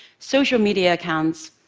social media accounts.